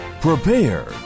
Prepare